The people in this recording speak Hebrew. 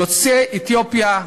יוצאי אתיופיה,